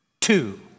Two